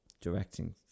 directing